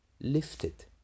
lifted